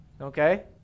okay